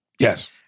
Yes